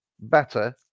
better